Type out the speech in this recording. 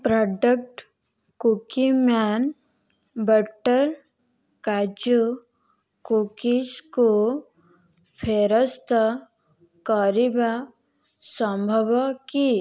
product Cookieman butter କାଜୁ କୁକିଜ୍କୁ ଫେରସ୍ତ କରିବା ସମ୍ଭବ କି